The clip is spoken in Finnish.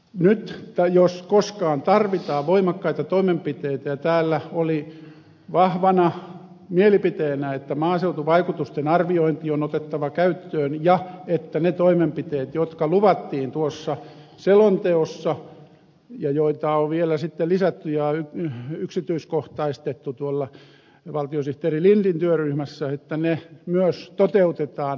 nyt jos koskaan tarvitaan voimakkaita toimenpiteitä ja täällä oli vahvana mielipiteenä että maaseutuvaikutusten arviointi on otettava käyttöön ja että ne toimenpiteet jotka luvattiin tuossa selonteossa ja joita on vielä sitten lisätty ja yksityiskohtaistettu tuolla valtiosihteeri lindin työryhmässä myös toteutetaan viipymättä